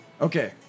Okay